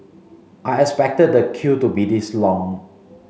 I expected the queue to be this long